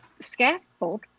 scaffold